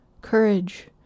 Courage